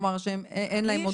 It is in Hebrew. כלומר, שאין להם עוד בן זוג.